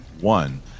one